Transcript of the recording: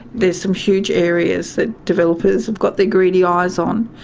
there are some huge areas that developers have got their greedy eyes on.